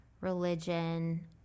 religion